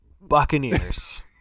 Buccaneers